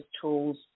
tools